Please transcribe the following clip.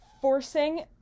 forcing